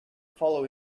follow